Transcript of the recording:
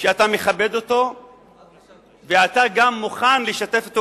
שאתה מכבד אותו ואתה גם מוכן לשתף אתו